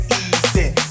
easy